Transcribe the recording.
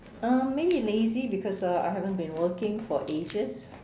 um maybe lazy because I haven't been working for ages